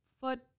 Foot